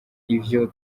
ivyo